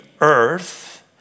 earth